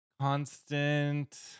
constant